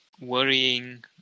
worrying